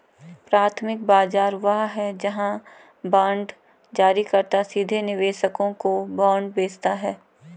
प्राथमिक बाजार वह है जहां बांड जारीकर्ता सीधे निवेशकों को बांड बेचता है